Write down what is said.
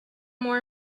more